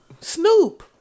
Snoop